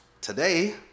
Today